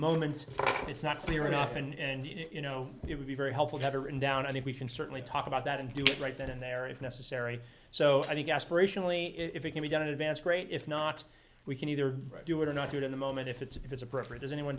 moment it's not clear enough and you know it would be very helpful to have it written down i think we can certainly talk about that and do it right then and there if necessary so i think aspirational e if it can be done in advance great if not we can either do it or not yet in the moment if it's if it's appropriate is anyone